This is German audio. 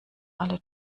alle